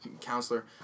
counselor